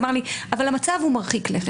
אמר לי: אבל המצב הוא מרחיק לכת.